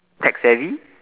tech savvy